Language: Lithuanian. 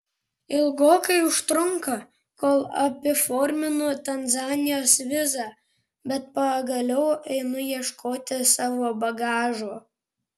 ilgokai užtrunka kol apiforminu tanzanijos vizą bet pagaliau einu ieškoti savo bagažo